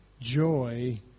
joy